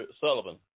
Sullivan